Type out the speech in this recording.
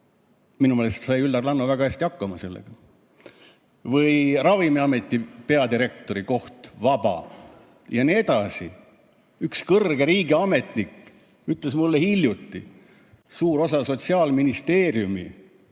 Minu meelest sai Üllar Lanno väga hästi hakkama. Ravimiameti peadirektori koht on vaba ja nii edasi. Üks kõrge riigiametnik ütles mulle hiljuti, et suur osa Sotsiaalministeeriumi